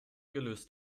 gelöst